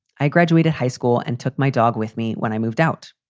i graduated high school and took my dog with me when i moved out.